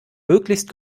möglichst